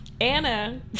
Anna